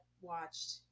watched